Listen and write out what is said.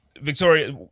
Victoria